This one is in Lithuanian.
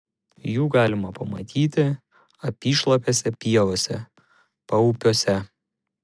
jų galima pamatyti apyšlapėse pievose paupiuose